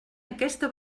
aquesta